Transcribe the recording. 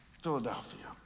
Philadelphia